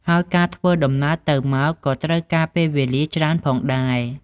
ហើយការធ្វើដំណើរទៅមកក៏ត្រូវការពេលវេលាច្រើនផងដែរ។